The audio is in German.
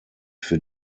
für